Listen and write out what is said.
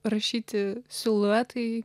rašyti siluetai